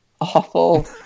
awful